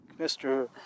mr